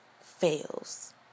fails